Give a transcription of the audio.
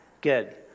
Good